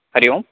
हरिः ओम्